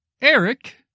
Eric